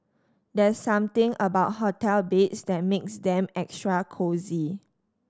there's something about hotel beds that makes them extra cosy